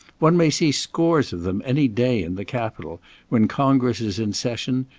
one may see scores of them any day in the capitol when congress is in session,